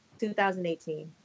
2018